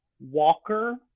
Walker